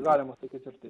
galima sakyt ir taip